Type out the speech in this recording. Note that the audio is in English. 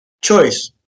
choice